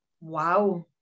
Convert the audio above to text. Wow